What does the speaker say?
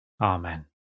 Amen